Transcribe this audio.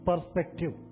perspective